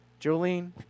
Jolene